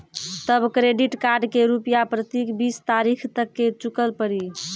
तब credit card के रूपिया प्रतीक बीस तारीख तक मे चुकल पड़ी?